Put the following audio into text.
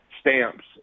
stamps